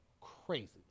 crazy